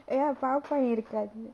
ya power point இருக்காது:irukaathu